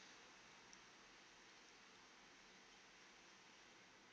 okay